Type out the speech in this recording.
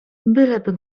byleby